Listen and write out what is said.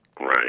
Right